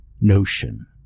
notion